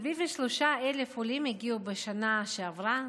73,000 עולים הגיעו בשנה שעברה